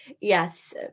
Yes